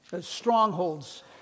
strongholds